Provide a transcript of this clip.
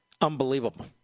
unbelievable